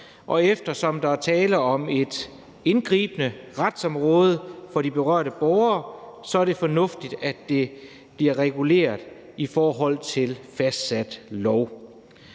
og eftersom der er tale om retsområdet, kan det være indgribende for de berørte borgere, og så er det fornuftigt, at det bliver reguleret i forhold til fastsat lov.